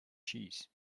cheese